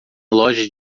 loja